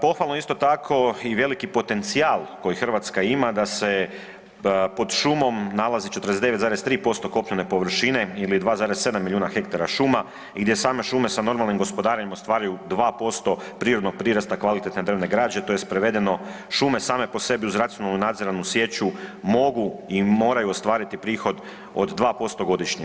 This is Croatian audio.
Pohvalno je isto tako i veliki potencijal koji Hrvatska ima da se pod šumom nalazi 49,3% kopnene površine ili 2,7 milijuna hektara šuma i gdje same šume sa normalnim gospodarenjem ostvaruju 2% prirodnog prirasta kvalitetne drvne građe, tj. prevedeno šume same po sebi uz racionalnu nadziranu sječu mogu i moraju ostvariti prihod od 2% godišnje.